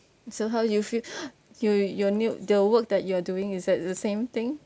so how do you feel your your new the work that you are doing is that the same thing